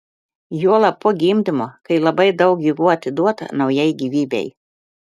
juolab po gimdymo kai labai daug jėgų atiduota naujai gyvybei